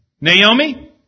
Naomi